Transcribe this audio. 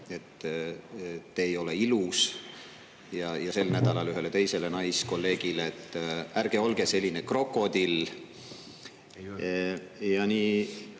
te ei ole ilus, ja sel nädalal ühele teisele naiskolleegile, et ärge olge selline krokodill.